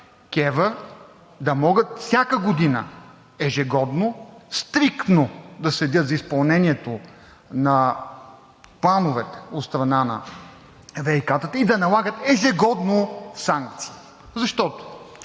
КЕВР да могат всяка година, ежегодно, стриктно да следят за изпълнението на плановете от страна на ВиК-тата и да налагат ежегодно санкции. Защо?